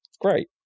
great